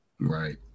Right